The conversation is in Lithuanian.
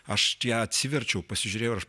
aš ją atsiverčiau pasižiūrėjau ir